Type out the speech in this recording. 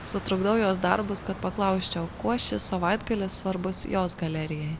sutrukdau jos darbus kad paklausčiau kuo šis savaitgalis svarbus jos galerijai